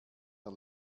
der